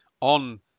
on